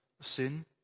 sin